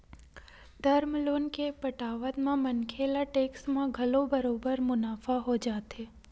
term loan के पटावत म मनखे ल टेक्स म घलो बरोबर मुनाफा हो जाथे